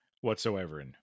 whatsoever